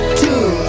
two